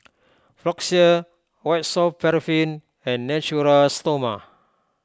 Floxia White Soft Paraffin and Natura Stoma